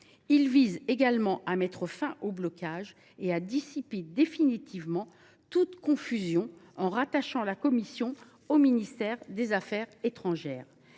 vise également à mettre fin aux blocages et à dissiper définitivement toute confusion, en rattachant la commission au ministère des affaires étrangères.